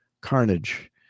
carnage